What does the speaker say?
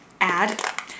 add